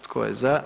Tko je za?